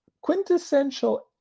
quintessential